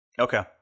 Okay